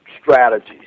strategies